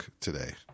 today